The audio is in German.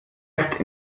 heft